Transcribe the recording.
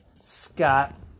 Scott